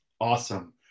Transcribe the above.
awesome